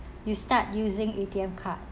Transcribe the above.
you start using A_T_M card